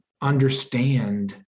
understand